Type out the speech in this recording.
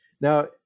Now